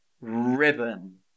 ribbon